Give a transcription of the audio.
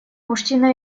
мужчина